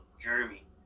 Jeremy